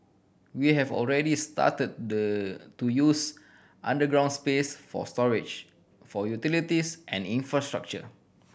we have already started the to use underground space for storage for utilities and infrastructure